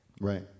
Right